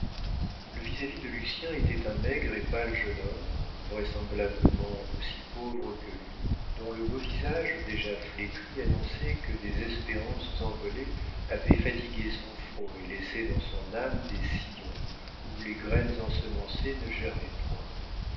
le vis-à-vis de lucien était un maigre et pâle jeune homme vraisemblablement aussi pauvre que lui dont le beau visage déjà flétri annonçait que des espérances envolées avaient fatigué son front et laissé dans son âme des sillons où les graines ensemencées ne germaient point